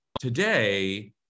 today